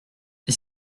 est